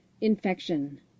Infection